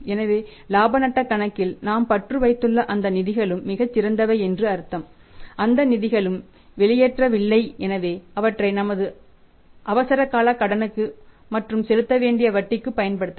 எனவே இலாப நட்டக் கணக்கில் நாம் பற்று வைத்துள்ள அந்த நிதிகளும் மிகச் சிறந்தவை என்று அர்த்தம் அந்த நிதிகளும் வெளியேறவில்லை எனவே அவற்றை நமது அவசரகால கடனுக்கு மற்றும் செலுத்த வேண்டிய வட்டிக்கு பயன்படுத்தப்படலாம்